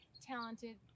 talented